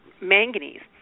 manganese